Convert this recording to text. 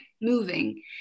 moving